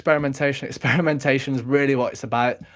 experimentation, experimentation is really what it's about.